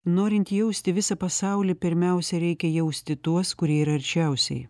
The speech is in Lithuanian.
norint jausti visą pasaulį pirmiausia reikia jausti tuos kurie yra arčiausiai